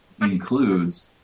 includes